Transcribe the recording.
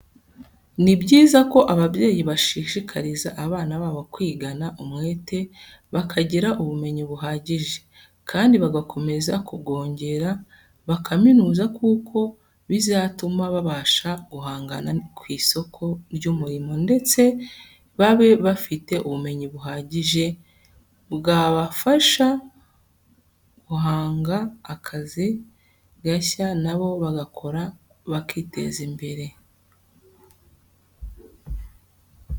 Ni byiza ko ababyeyi bashishikariza abana babo kwigana umwete bakagira ubumenyi buhagije, kandi bagakomeza kubwongera bakaminuza kuko bizatuma babasha guhangana ku isoko ry'umurimo ndetse babe bafite ubumenyi buhagije bwabashasha guhanga akazi gashya na bo bagakora bakiteza imbere